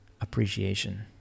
appreciation